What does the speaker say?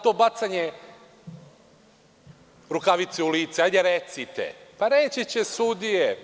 To bacanje rukavice u lice – ajde recite, pa reći će sudije.